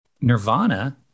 Nirvana